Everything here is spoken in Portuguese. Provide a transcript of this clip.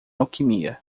alquimia